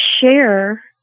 share